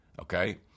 okay